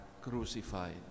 crucified